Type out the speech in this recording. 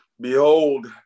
Behold